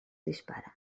dispara